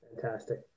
Fantastic